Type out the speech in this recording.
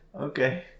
Okay